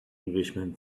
englishman